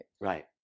Right